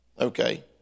Okay